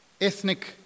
ethnic